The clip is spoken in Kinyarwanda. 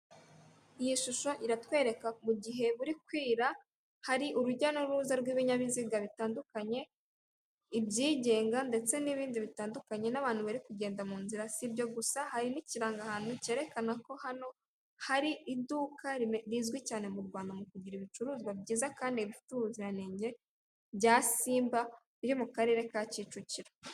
Iyi shusho iratwereka mu gihe buri kwira hari urujya n'uruza rw'ibinyabiziga bitandukanye; ibyigenga ndetse n'ibindi bitandukanye n'abantu bari kugenda mu nzira. Si ibyo gusa hari n'ikirangahantu cyerekana ko hano hari iduka rizwi cyane mu Rwanda mu kugira ibicuruzwa byiza kandi bifite ubuziranenge, bya Simba biri mu karere ka Kicukiro.